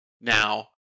Now